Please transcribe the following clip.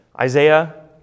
Isaiah